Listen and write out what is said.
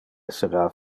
essera